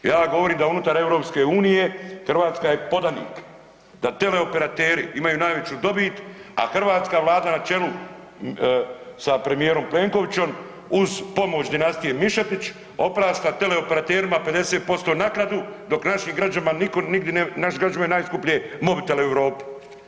Ja govorim da unutar EU Hrvatska je podanik, da teleoperateri imaju najveću dobit, a hrvatska Vlada na čelu sa premijerom Plenkovićom, uz pomoć dinastije Mišetić oprašta teleoperaterima 50% naknadu, dok naši građanima niko nigdi, našim građanima je najskuplje mobitele u Europi.